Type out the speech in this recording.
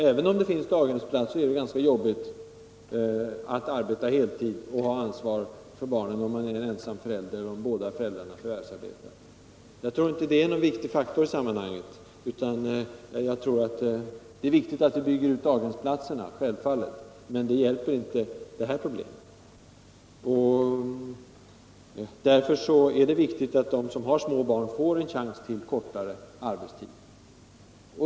Även om det finns daghemsplats, är det ganska jobbigt att arbeta heltid och ha ansvar för barnen, om man är en ensam förälder eller om båda föräldrarna förvärvsarbetar. Självfallet är det viktigt att vi bygger ut daghemsplatserna, men det hjälper inte när det gäller det här problemet. Därför måste de som har små barn få en chans till kortare arbetstid.